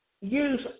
use